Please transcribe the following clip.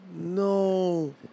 No